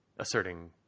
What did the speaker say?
asserting